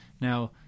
Now